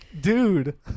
Dude